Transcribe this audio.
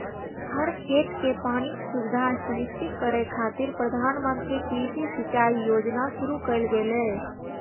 हर खेत कें पानिक सुविधा सुनिश्चित करै खातिर प्रधानमंत्री कृषि सिंचाइ योजना शुरू कैल गेलै